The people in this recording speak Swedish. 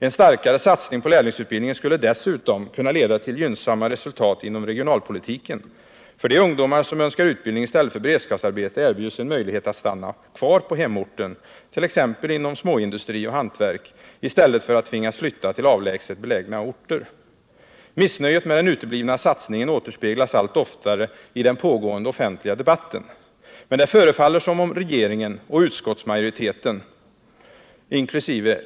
En starkare satsning på lärlingsutbildningen skulle dessutom kunna leda till gynnsamma resultat inom regionalpolitiken. För de ungdomar som önskar utbildning i stället för beredskapsarbete erbjuds en möjlighet att stanna kvar på hemorten, t.ex. inom småindustri och hantverk, i stället för att tvingas flytta till avlägset belägna orter. Missnöjet med den uteblivna satsningen återspeglas allt oftare i den pågående offentliga debatten. Men det förfaller som om regeringen och utskottsmajoriteten, inkl.